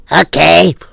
okay